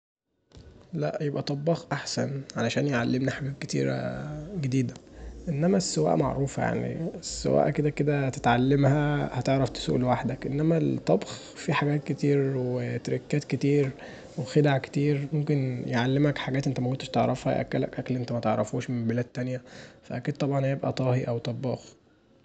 لا يبقي طباخ احسن عشان يعلمني حاجات كتيره جديده انما السواقه معروفه يعني، السواقه كدا كذا هتتعلمها هتعرف تسوق لوحدك، انما الطبخ فيه حاجات كتير وتريكات كتير وخدع كتير، ممكن يعلمك حاجات انت مكنتش تعرفها يأكلك اكل انت متعرفوش من بلاد تانيه فأكيد طبعا هيبقي طاهي او طباخ.